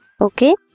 Okay